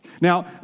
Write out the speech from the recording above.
Now